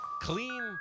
Clean